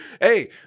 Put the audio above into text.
Hey